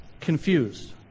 confused